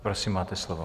Prosím, máte slovo.